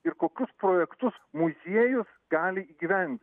ir kokius projektus muziejus gali įgyvent